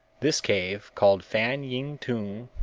this cave, called fan yin tung,